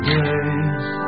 days